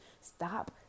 stop